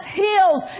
heals